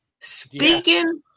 Speaking